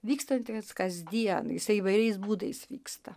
vykstantis kasdien jisai įvairiais būdais vyksta